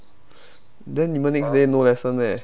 then 你们 next day no lesson meh